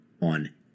on